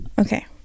okay